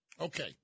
Okay